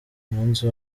umunsi